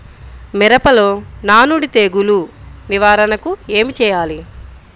మిరపలో నానుడి తెగులు నివారణకు ఏమి చేయాలి?